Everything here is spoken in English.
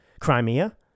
Crimea